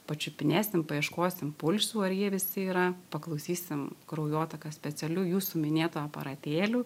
pačiupinėsim paieškosim pulsų ar jie visi yra paklausysim kraujotaką specialiu jūsų minėtu aparatėlių